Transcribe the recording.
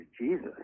Jesus